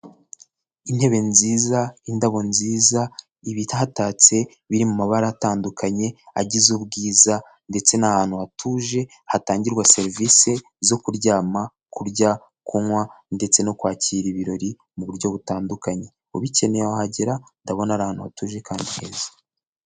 Intebe nziza, indabo nziza, ibihatatse biri mu mabara atandukanye, agize ubwiza ndetse ni ahantu hatuje, hatangirwa serivise zo kuryama, kurya, kunywa ndetse no kwakira ibirori mu buryo butandukanye, ubikeneye wahagera, ndabona ari ahantu hatuje kandi heza.